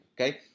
okay